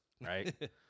Right